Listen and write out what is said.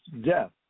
death